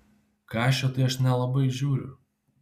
kašio tai aš nelabai žiūriu